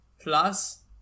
Plus